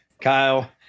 kyle